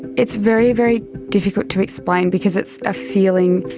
it's very, very difficult to explain because it's a feeling.